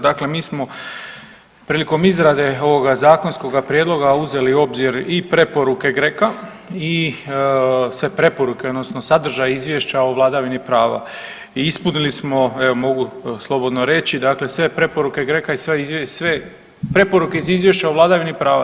Dakle mi smo prilikom izrade ovoga zakonskoga prijedloga uzeli u obzir i preporuke GRECO-a i sve preporuke odnosno sadržaj Izvješća o vladavini prava i ispunili smo, evo mogu slobodno reći, dakle sve preporuke GRECO-a i sve preporuke iz Izvješća o vladavini prava.